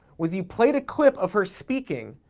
was you played a clip of her speaking,